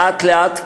לאט-לאט,